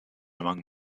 among